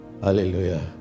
Hallelujah